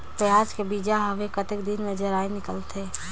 पियाज के बीजा हवे कतेक दिन मे जराई निकलथे?